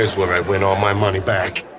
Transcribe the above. here's where i win all my money back.